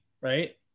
right